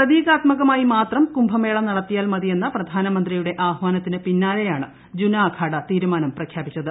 പ്രതീകാത്മകമായി മാത്രം കുംഭമേള നടത്തിയാൽ മതിയെന്ന പ്രധാനമന്ത്രിയുട്ടി ആഹ്വാനത്തിന് പിന്നാലെയാണ് ജുന അഖാഡ തീരുമാനം പ്രിപ്പ്യാപിച്ചത്